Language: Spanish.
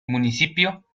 municipio